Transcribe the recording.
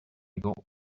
got